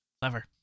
Clever